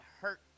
hurt